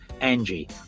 Angie